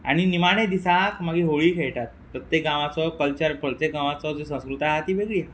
आनी निमाणे दिसाक मागी होळी खेळटात प्रत्येक गांवाचो कल्चर प्रत्येक गांवाचो जो संस्कृताय आसा ती वेगळी आसा